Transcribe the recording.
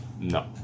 No